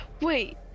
Wait